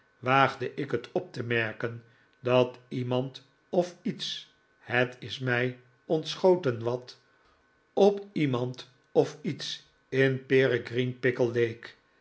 waagde ik het op te merken dat iemand of iets het is mij ontschoten wat op iemand of iets in peregrine pickle leek